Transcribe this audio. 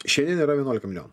šiandien yra vienuolika milijonų